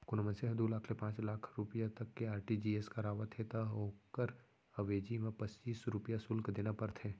कोनों मनसे ह दू लाख ले पांच लाख रूपिया तक के आर.टी.जी.एस करावत हे त ओकर अवेजी म पच्चीस रूपया सुल्क देना परथे